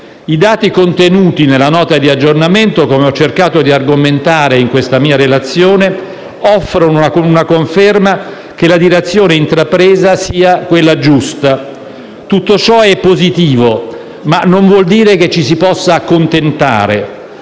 I dati contenuti nella Nota di aggiornamento - come ho cercato di argomentare in questa mia relazione - offrono una conferma che la direzione intrapresa sia quella giusta. Tutto ciò è positivo, ma non vuol dire che ci si possa accontentare.